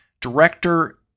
Director